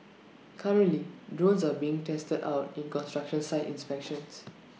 currently drones are being tested out in construction site inspections